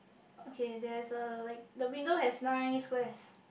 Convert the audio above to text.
okay there is a like the window has nice squares